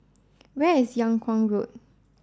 where is Yung Kuang Road